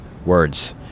words